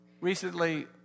Recently